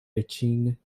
itching